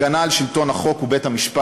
הגנה על שלטון החוק ובית-המשפט,